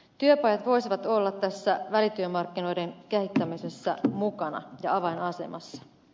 työpajat voisivat olla tässä välityömarkkinoiden kehittämisessä mukana ja avainasemassa